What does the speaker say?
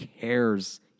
cares